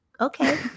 okay